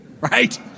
right